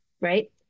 Right